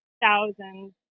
thousands